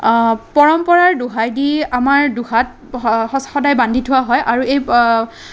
পৰম্পৰাৰ দোহাই দি আমাৰ দুহাত সদায় বান্ধি থোৱা হয় আৰু এই